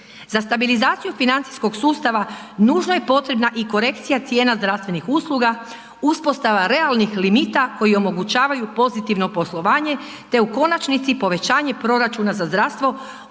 Za stabilizaciju financijskog sustava nužno je potrebna i korekcija cijena zdravstvenih usluga, uspostava realnih limita koji omogućavaju pozitivno poslovanje te u konačnici povećanje proračuna za zdravstvo